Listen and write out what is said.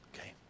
Okay